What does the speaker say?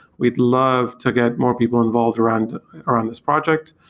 we'd love to get more people involved around around this project.